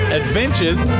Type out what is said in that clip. adventures